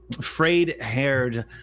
frayed-haired